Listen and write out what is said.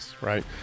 right